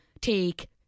take